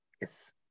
Yes